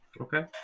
Okay